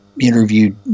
interviewed